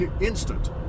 instant